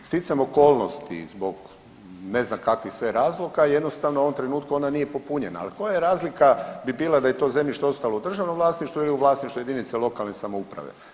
Sticajem okolnosti zbog ne znam kakvih sve razloga jednostavno u ovom trenutku ona nije popunjena, ali koja razlika bi bila da je to zemljište ostalo u državnom vlasništvu ili u vlasništvu jedinice lokalne samouprave.